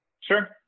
Sure